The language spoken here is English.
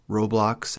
Roblox